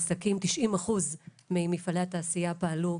90 אחוז ממפעלי התעשייה פעלו,